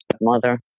Mother